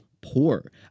poor